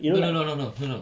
no no no no no no